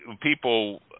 People